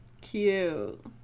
Cute